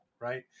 right